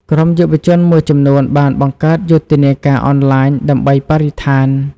ក្រុមយុវជនមួយចំនួនបានបង្កើតយុទ្ធនាការអនឡាញដើម្បីបរិស្ថាន។